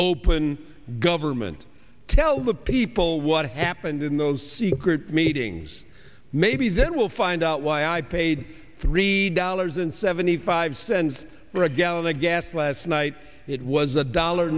open government tell the people what happened in those secret meetings maybe then we'll find out why i paid three dollars and seventy five cents for a gallon of gas last night it was a dollar